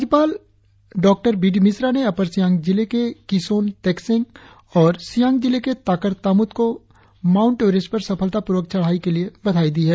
राज्यपाल B D Mishra ने upper Siang जिले के किसोन तेकसेंग और सियांग जिले के ताकर तामुत को माऊण्ट एवरेस्ट पर सफलतापूर्वक चढ़ाई के लिए बधाई दी है